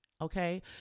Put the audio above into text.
Okay